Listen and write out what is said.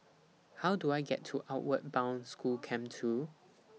How Do I get to Outward Bound School Camp two